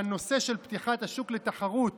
והנושא של פתיחת השוק לתחרות